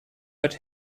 but